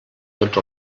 tots